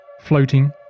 floating